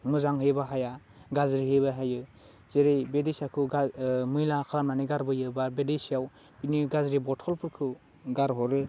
मोजाङै बाहाया गाज्रिहै बाहायो जेरै बे दैसाखौ मैला खालामनानै गारबोयो बा बे दैसायाव बिनि गाज्रि बथलफोरखौ गारहरो